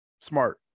Smart